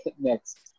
next